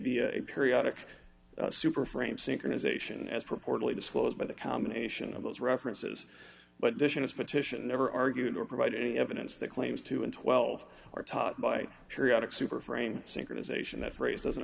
via a periodic super frame synchronization as purportedly disclosed by the combination of those references but vicious petition never argued or provide any evidence that claims to and twelve are taught by periodic super frame synchronization that phrase doesn't